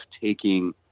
taking